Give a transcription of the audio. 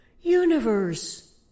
universe